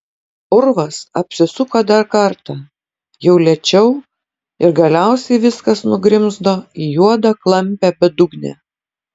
urvas apsisuko dar kartą jau lėčiau ir galiausiai viskas nugrimzdo į juodą klampią bedugnę